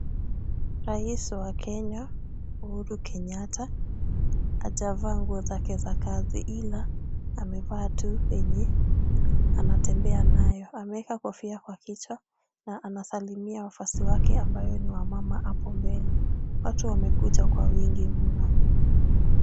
Rais wa Kenya, Uhuru Kenyatta hajavaa nguo zake za kazi ila amevaa tu yenye anatembea nayo. Ameeka kofia kwa kichwa na anasalimia wafuasi wake ambayo ni wamama hapo mbele. Watu wamekuja kwa wingi mno.